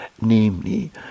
namely